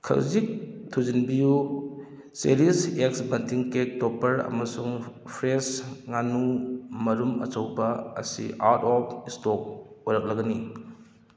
ꯈꯖꯤꯛ ꯊꯨꯖꯤꯟꯕꯤꯌꯨ ꯆꯦꯔꯤꯁ ꯑꯦꯛꯁ ꯕꯟꯇꯤꯡ ꯀꯦꯛ ꯇꯣꯄꯔ ꯑꯃꯁꯨꯡ ꯐ꯭ꯔꯦꯁ ꯉꯥꯅꯨ ꯃꯔꯨꯝ ꯑꯆꯧꯕ ꯑꯁꯤ ꯑꯥꯎꯠ ꯑꯣꯐ ꯏꯁꯇꯣꯛ ꯑꯣꯏꯔꯛꯂꯒꯅꯤ